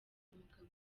n’umugabo